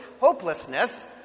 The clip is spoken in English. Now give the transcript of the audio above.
hopelessness